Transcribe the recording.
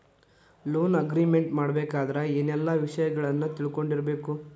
Loan agreement ಮಾಡ್ಬೆಕಾದ್ರ ಏನೆಲ್ಲಾ ವಿಷಯಗಳನ್ನ ತಿಳ್ಕೊಂಡಿರ್ಬೆಕು?